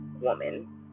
woman